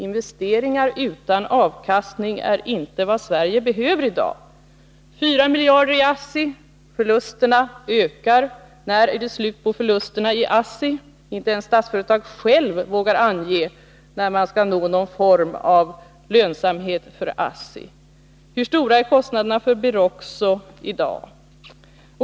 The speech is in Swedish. Investeringar utan avkastning är inte vad Sverige behöver i dag. 4 miljarder i ASSI - förlusterna ökar. När är det slut på förlusterna i ASSI? Inte ens Statsföretag vågar ange när man skall nå någon form av lönsamhet för ASSI. Och hur stora är kostnaderna för Beroxo i dag?